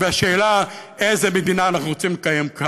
והשאלה היא איזו מדינה אנחנו רוצים לקיים כאן.